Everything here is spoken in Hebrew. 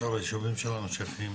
שאר היישובים שלנו שייכים